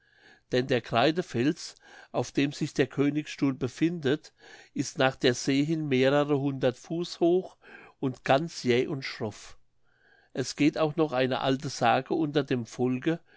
denn der kreidefels auf dem sich der königsstuhl befindet ist nach der see hin mehrere hundert fuß hoch und ganz jäh und schroff es geht auch noch eine alte sage unter dem volke